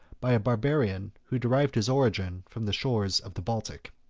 by a barbarian who derived his origin from the shores of the baltic.